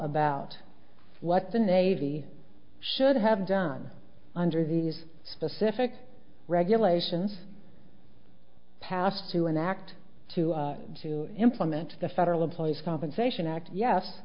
about what the navy should have done under these specific regulations passed to an act two to implement the federal employees compensation act yes